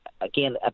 again